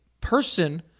person